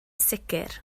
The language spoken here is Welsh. sicr